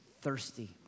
thirsty